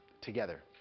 together